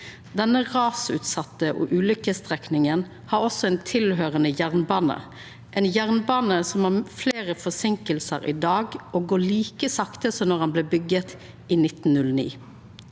Denne rasutsette ulukkesstrekninga har også ein tilhøyrande jernbane, ein jernbane som har fleire forseinkingar, og går like sakte som då han blei bygd i 1909.